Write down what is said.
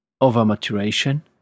over-maturation